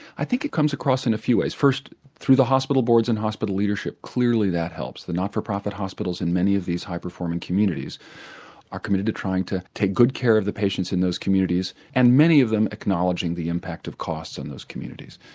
i think it comes across in a few ways. first through the hospital boards and hospital leadership clearly that helps, the not for profit hospitals in many of these high performing communities are committed to trying to take good care of the patients in those communities and many of them acknowledge the impact of costs in those communities.